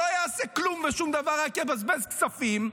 שלא יעשה כלום ושום דבר, רק יבזבז כספים,